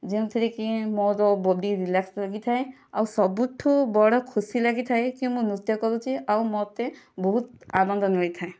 ଯେଉଁଥିରେ କି ମୋର ବଡୀ ରିଲାସ୍କ ଲାଗିଥାଏ ଆଉ ସବୁଠୁ ବଡ଼ ଖୁସି ଲାଗିଥାଏ କି ମୁଁ ନୃତ୍ୟ କରୁଛି ଆଉ ମୋତେ ବହୁତ ଆନନ୍ଦ ମିଳିଥାଏ